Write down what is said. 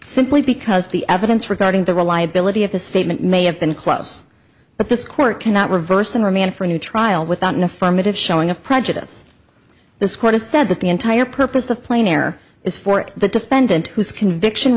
simply because the evidence regarding the reliability of his statement may have been close but this court cannot reverse the remand for a new trial without an affirmative showing of prejudice this court has said that the entire purpose of plane air is for the defendant whose conviction